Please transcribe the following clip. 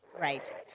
Right